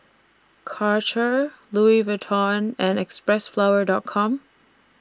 Karcher Louis Vuitton and Xpressflower Dot Com